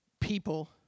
people